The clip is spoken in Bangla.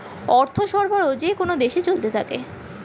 অর্থ সরবরাহ যেকোন দেশে চলতে থাকে